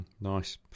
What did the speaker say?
Nice